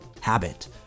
habit